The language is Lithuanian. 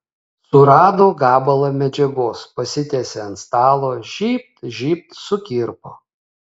surado gabalą medžiagos pasitiesė ant stalo žybt žybt sukirpo